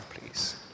please